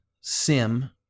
Sim